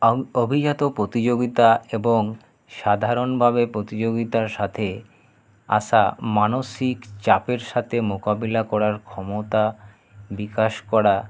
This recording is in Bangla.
আং অভিজাত প্রতিযোগিতা এবং সাধারণভাবে প্রতিযোগিতার সাথে আসা মানসিক চাপের সাথে মোকাবিলা করার ক্ষমতা বিকাশ করা